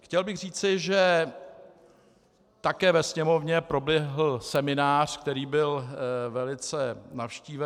Chtěl bych říci, že také ve Sněmovně proběhl seminář, který byl velice navštíven.